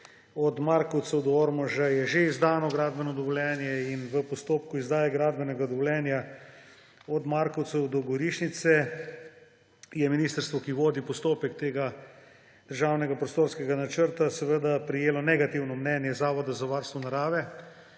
od Markovcev do Ormoža je že izdano. In v postopku izdaje gradbenega dovoljenja od Markovcev do Gorišnice je ministrstvo, ki vodi postopek tega državnega prostorskega načrta, prejelo negativno mnenje Zavoda za varstvo narave.